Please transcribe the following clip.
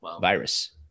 virus